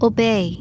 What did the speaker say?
Obey